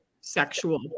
sexual